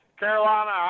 Carolina